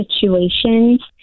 situations